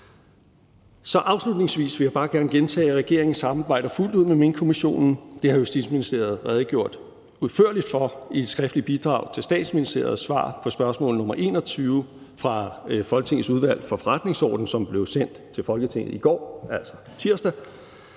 afslutningsvis vil jeg bare gerne gentage, at regeringen samarbejder fuldt ud med Minkkommissionen, og det har Justitsministeriet redegjort udførligt for i et skriftligt bidrag til Statsministeriets svar på spørgsmål nr. 21 fra Folketingets Udvalg for Forretningsordenen, som blev sendt til Folketinget i går, altså tirsdag.